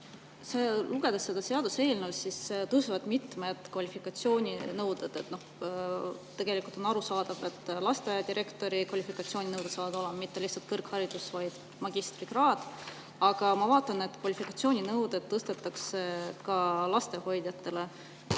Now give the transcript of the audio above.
Lugedes seda seaduseelnõu, [näeme, et] tõusevad mitmed kvalifikatsiooninõuded. Tegelikult on arusaadav, et lasteaiadirektori kvalifikatsiooninõudeks saab olema mitte lihtsalt kõrgharidus, vaid magistrikraad. Aga ma vaatan, et kvalifikatsiooninõudeid tõstetakse ka lapsehoidjatele.